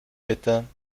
bitte